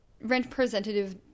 representative